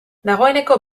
dagoeneko